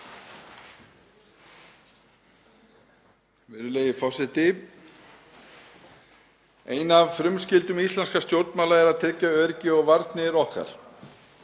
Ein af frumskyldum íslenskra stjórnmála er að tryggja öryggi og varnir okkar.